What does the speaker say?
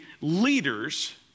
leaders